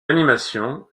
animations